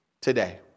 today